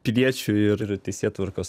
piliečių ir teisėtvarkos